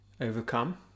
overcome